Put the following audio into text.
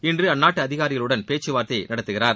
இன்று அந்நாட்டு அதிகாரிகளுடன் பேச்சுவார்த்தை நடத்துகிறார்